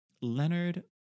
leonard